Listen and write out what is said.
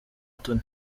tony